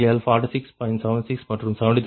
76 மற்றும் 73